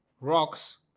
rocks